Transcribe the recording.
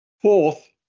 Fourth